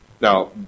Now